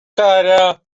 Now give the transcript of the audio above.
cara